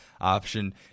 option